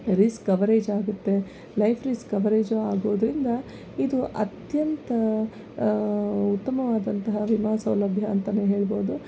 risk coverage ಆಗುತ್ತೆ life risk coverage ಆಗೋದ್ರಿಂದ ಇದು ಅತ್ಯಂತ ಉತ್ತಮವಾದಂತಹ ವಿಮಾ ಸೌಲಭ್ಯ ಅಂತಲೇ ಹೇಳ್ಬೋದು